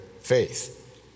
faith